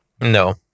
no